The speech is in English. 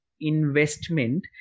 investment